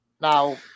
Now